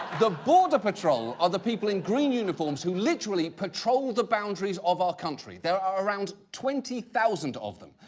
the border patrol are the people in green uniforms who literally patrol the boundaries of our country. there are around twenty thousand of them.